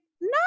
no